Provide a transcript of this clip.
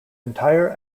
entire